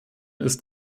ist